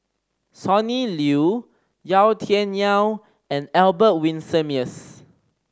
Sonny Liew Yau Tian Yau and Albert Winsemius